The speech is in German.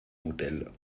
modell